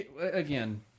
Again